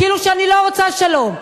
כאילו אני לא רוצה שלום,